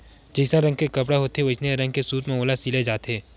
जइसन रंग के कपड़ा होथे वइसने रंग के सूत म ओला सिले जाथे